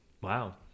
wow